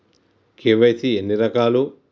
KYC ఎన్ని రకాలు?